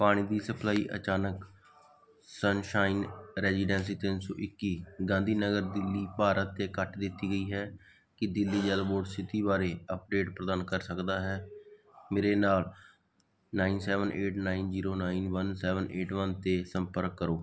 ਪਾਣੀ ਦੀ ਸਪਲਾਈ ਅਚਾਨਕ ਸਨਸ਼ਾਈਨ ਰੈਜ਼ੀਡੈਂਸੀ ਤਿੰਨ ਸੌ ਇੱਕੀ ਗਾਂਧੀ ਨਗਰ ਦਿੱਲੀ ਭਾਰਤ 'ਤੇ ਕੱਟ ਦਿੱਤੀ ਗਈ ਹੈ ਕੀ ਦਿੱਲੀ ਜਲ ਬੋਰਡ ਸਥਿਤੀ ਬਾਰੇ ਅੱਪਡੇਟ ਪ੍ਰਦਾਨ ਕਰ ਸਕਦਾ ਹੈ ਮੇਰੇ ਨਾਲ nine seven eight nine zero nine one seven eight one 'ਤੇ ਸੰਪਰਕ ਕਰੋ